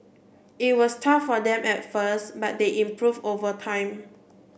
it was tough for them at first but they improve over time